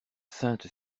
sainte